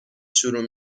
شروع